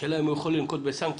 השאלה היא אם הוא יכול לנקוט בסנקציה